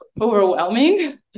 overwhelming